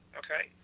okay